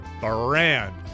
brand